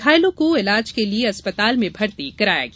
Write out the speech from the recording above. घायलों को इलाज के लिये अस्पताल में भर्ती कराया गया